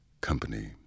company